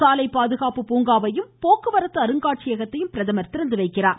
சாலை பாதுகாப்பு பூங்காவையும் போக்குவரத்து அருங்காட்சியகத்தையும் பிரகம் திறந்துவைக்கிறார்